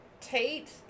Tate